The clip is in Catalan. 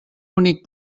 únic